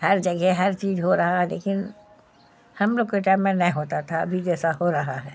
ہر جگہ ہر چیز ہو رہا ہے لیکن ہم لوگ کے ٹائم میں نہیں ہوتا تھا ابھی جیسا ہو رہا ہے